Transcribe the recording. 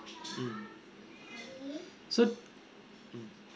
mm so mm